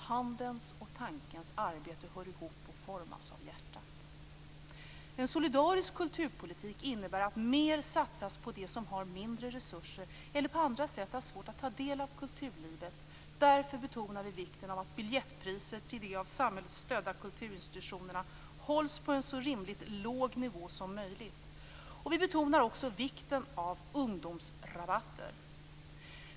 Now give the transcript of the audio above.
Handens och tankens arbete hör ihop och formas av hjärtat. En solidarisk kulturpolitik innebär att mer satsas på det som har mindre resurser eller på andra sätt har svårt att ta del av kulturlivet. Därför betonar vi vikten av att biljettpriser till de av samhället stödda kulturinstitutionerna hålls på en så rimligt låg nivå som möjligt. Vi betonar också vikten av ungdomsrabatter.